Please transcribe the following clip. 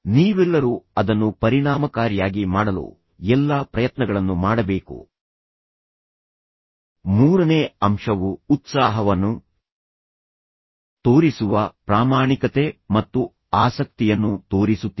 ನೀವೆಲ್ಲರೂ ಅದನ್ನು ಪರಿಣಾಮಕಾರಿಯಾಗಿ ಮಾಡಲು ಎಲ್ಲಾ ಪ್ರಯತ್ನಗಳನ್ನು ಮಾಡಬೇಕು ಮೂರನೇ ಅಂಶವು ಉತ್ಸಾಹವನ್ನು ತೋರಿಸುವ ಪ್ರಾಮಾಣಿಕತೆ ಮತ್ತು ಆಸಕ್ತಿಯನ್ನು ತೋರಿಸುತ್ತಿದೆ